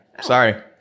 Sorry